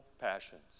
passions